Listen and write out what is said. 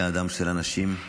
היה אדם של אנשים,